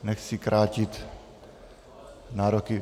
Nechci krátit nároky.